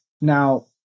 Now